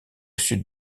sud